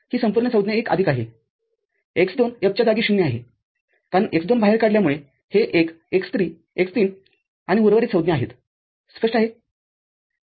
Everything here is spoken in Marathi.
ही संपूर्ण संज्ञा एक आदिक आहे x२ F च्या जागी ० आहे कारण x२ बाहेर काढल्यामुळे हे १ x३ आणि उर्वरित संज्ञा आहेत स्पष्ट आहे